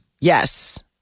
Yes